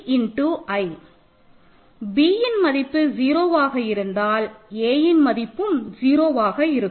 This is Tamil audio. bன் மதிப்பு 0 ஆக இருந்தால் aன் மதிப்பும் 0 ஆக இருக்கும்